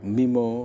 mimo